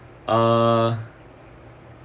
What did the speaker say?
uh